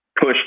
push